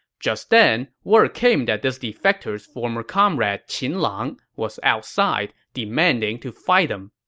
just then, word came that this defector's former comrade qin lang was outside, demanding to fight him.